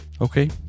Okay